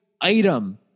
item